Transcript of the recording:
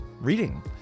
reading